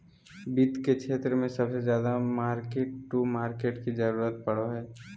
वित्त के क्षेत्र मे सबसे ज्यादा मार्किट टू मार्केट के जरूरत पड़ो हय